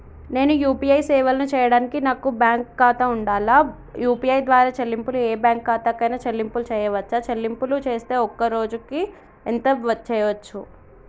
నేను యూ.పీ.ఐ సేవలను చేయడానికి నాకు బ్యాంక్ ఖాతా ఉండాలా? యూ.పీ.ఐ ద్వారా చెల్లింపులు ఏ బ్యాంక్ ఖాతా కైనా చెల్లింపులు చేయవచ్చా? చెల్లింపులు చేస్తే ఒక్క రోజుకు ఎంత చేయవచ్చు?